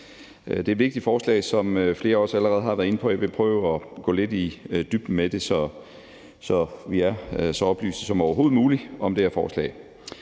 Det er et vigtigt forslag, som flere også allerede har været inde på, og jeg vil prøve at gå lidt i dybden med det, så vi er så oplyste som overhovedet muligt om det her forslag.